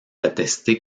attestée